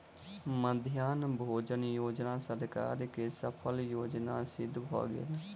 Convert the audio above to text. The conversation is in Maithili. मध्याह्न भोजन योजना सरकार के सफल योजना सिद्ध भेल